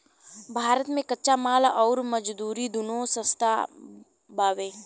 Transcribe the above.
भारत मे कच्चा माल अउर मजदूरी दूनो सस्ता बावे